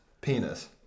penis